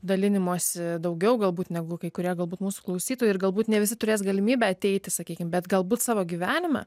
dalinimosi daugiau galbūt negu kai kurie galbūt mūsų klausytojai ir galbūt ne visi turės galimybę ateiti sakykim bet galbūt savo gyvenime